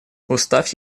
устав